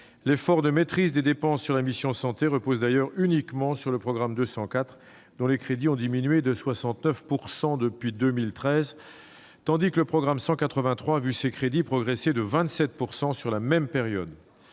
L'effort de maîtrise des dépenses sur la mission « Santé » repose d'ailleurs uniquement sur le programme 204, dont les crédits ont diminué de 69 % depuis 2013, tandis que le programme 183 a vu ses crédits progresser de 27 % sur la même période.